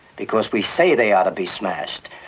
because we say they are to be smashed.